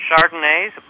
Chardonnay's